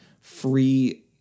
free